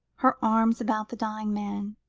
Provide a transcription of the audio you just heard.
her arms about the dying man,